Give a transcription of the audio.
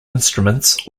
instruments